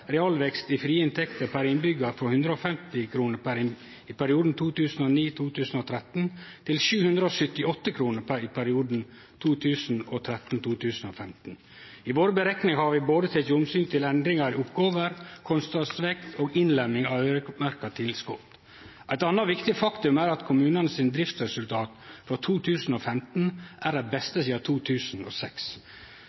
i frie inntekter per innbyggjar frå 150 kr i perioden 2009–2013 til 778 kr i perioden 2013–2015. I våre berekningar har vi teke omsyn til både endringar i oppgåver, kostnadsvekst og innlemming av øyremerkte tilskot. Eit anna viktig faktum er at kommunane sine driftsresultat for 2015 er